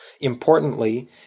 Importantly